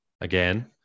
again